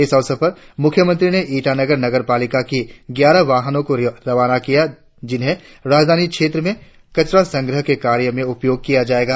इस अवसर पर मुख्यमंत्री ने ईटानगर नगरपालिका की ग्यारह वाहनों को रवाना किया जिन्हें राजधानी क्षेत्र से कचरा संग्रह के कार्य में उपयोग किया जायेगा